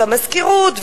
והמזכירות,